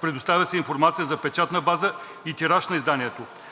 Предоставя се информация за печатна база и тираж на изданието.